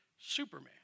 Superman